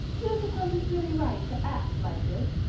do you suppose it's really right to act like this?